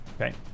Okay